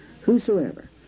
Whosoever